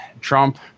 Trump